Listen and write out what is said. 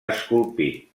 esculpit